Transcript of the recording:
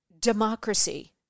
democracy